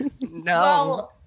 No